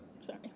sorry